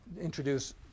introduce